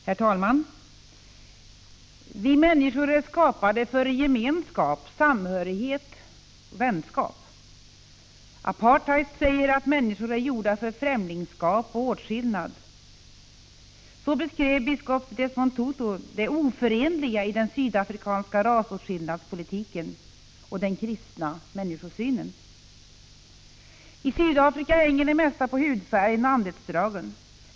Herr talman! ”Vi människor är skapade för gemenskap, samhörighet, vänskap. Apartheid säger att människor är gjorda för främlingsskap och åtskillnad.” Så beskrev biskop Desmond Tutu det oförenliga i den sydafrikanska rasåtskillnadspolitiken och den kristna människosynen. I Sydafrika hänger det mesta på hudfärgen och anletsdragen.